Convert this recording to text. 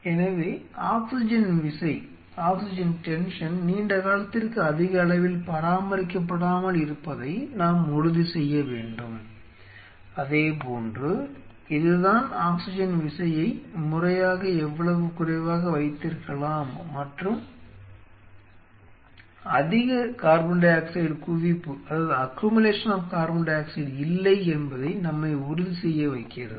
எனவே ஆக்சிஜன் விசை நீண்ட காலத்திற்கு அதிக அளவில் பராமரிக்கப்படாமல் இருப்பதை நாம் உறுதி செய்ய வேண்டும் அதேபோன்று இதுதான் ஆக்ஸிஜன் விசையை முறையாக எவ்வளவு குறைவாக வைத்திருக்கலாம் மற்றும் அதிக CO2 குவிப்பு இல்லை என்பதை நம்மை உறுதி செய்ய வைக்கிறது